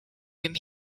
whom